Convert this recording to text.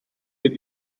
mit